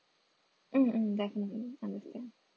mm mm definitely understand